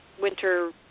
winter